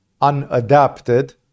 unadapted